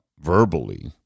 verbally